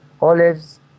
olives